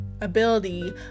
ability